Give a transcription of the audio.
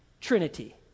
trinity